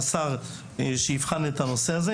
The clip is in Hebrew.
שהשר יבחן את הנושא הזה.